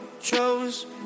chose